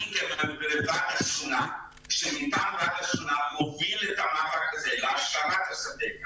אני בוועד השכונה ומטעם ועד השכונה מוביל את המאבק הזה להשארת השדה.